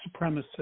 supremacist